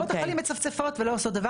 קופות החולים מצפצפות ולא עושות דבר